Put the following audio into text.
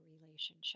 relationship